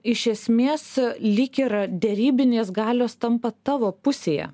iš esmės lyg ir derybinės galios tampa tavo pusėje